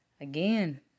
Again